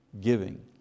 giving